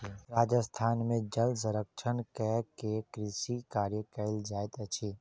राजस्थान में जल संरक्षण कय के कृषि कार्य कयल जाइत अछि